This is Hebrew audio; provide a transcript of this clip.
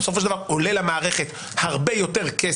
זה עם השירות בסופו של דבר עולה למערכת הרבה יותר כסף